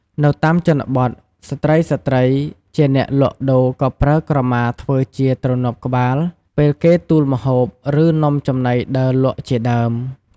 នៅតាមជនបទ ស្ត្រីៗជាអ្នកលក់ដូរក៏ប្រើក្រមាធ្វើជាទ្រណាប់ក្បាល ពេលគេទូលម្ហូប ឬ នំចំណីដើរលក់ជាដើម។